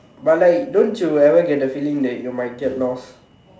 but like don't you ever get the feeling that you might get lost